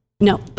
No